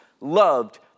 loved